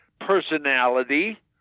personality